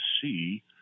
see